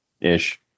ish